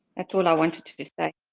that's all i wanted to just say.